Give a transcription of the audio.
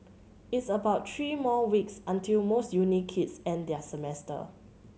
it's about three more weeks until most uni kids end their semester